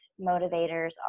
motivators